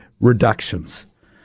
reductions